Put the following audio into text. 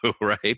right